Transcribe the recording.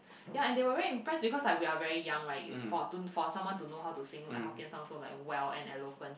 ya and they were very impressed because like we're very young right for to for someone to know how to sing like Hokkien song so like well and eloquent